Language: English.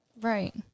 Right